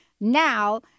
now